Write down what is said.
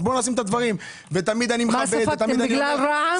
ספגתם בגלל רע"מ?